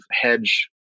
hedge